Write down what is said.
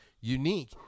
unique